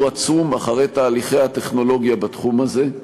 עצום אחרי תהליכי הטכנולוגיה בתחום הזה.